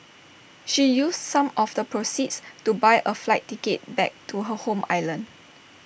she used some of the proceeds to buy A flight ticket back to her home island